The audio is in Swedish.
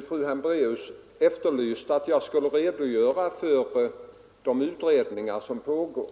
fru Hambraeus efterlyst en redogörelse från min sida för alla de utredningar som pågår.